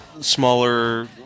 smaller